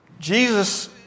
Jesus